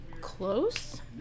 Close